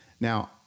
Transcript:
Now